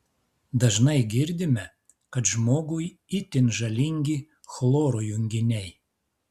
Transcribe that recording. dažnai girdime kad žmogui itin žalingi chloro junginiai